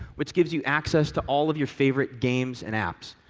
which gives you access to all of your favorite games and apps.